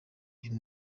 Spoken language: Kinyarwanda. uyu